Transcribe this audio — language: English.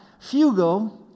fugo